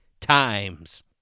times